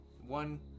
One